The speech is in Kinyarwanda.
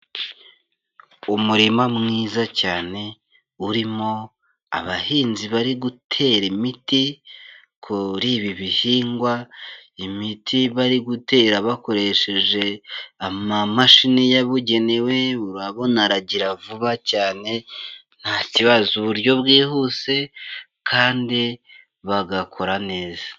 Umurima mwiza cyane urimo abahinzi bari gutera imiti kuri ibi bihingwa, imiti bari gutera bakoresheje amamashini yabugenewe, urabonaragira vuba cyane nta kibazo, uburyo bwihuse kandi bagakora neza.